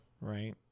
Right